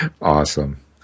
Awesome